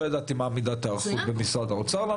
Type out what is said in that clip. לא ידעתי מה מידת ההיערכות באוצר לקראת